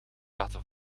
laten